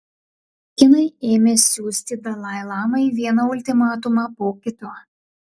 kinai ėmė siųsti dalai lamai vieną ultimatumą po kito